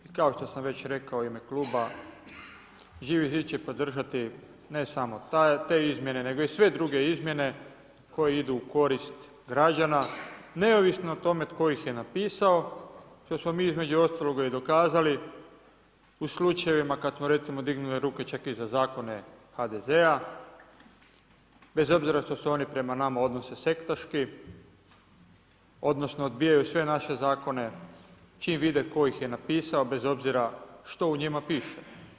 Kao što sam već rekao u ime kluba, Živi zid će podržati, ne samo te izmjene, nego i sve druge izmjene koje idu u korist građana, neovisno o tome tko ih je napisao, što smo mi između ostaloga i dokazali u slučajevima kad smo recimo dignuli ruke čak i za zakone HDZ-a, bez obzira što se oni prema nama odnose sektaški, odnosno odbijaju sve naše zakona čim vide tko ih je napisao, bez obzira šta u njima piše.